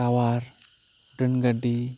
tower train ᱜᱟ ᱰᱤ